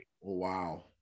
wow